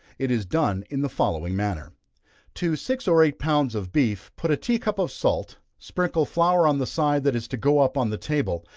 it is done in the following manner to six or eight pounds of beef, put a tea cup of salt, sprinkle flour on the side that is to go up on the table,